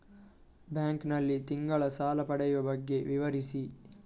Bank ನಲ್ಲಿ ತಿಂಗಳ ಸಾಲ ಪಡೆಯುವ ಬಗ್ಗೆ ವಿವರಿಸಿ?